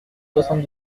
soixante